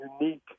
unique